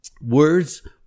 words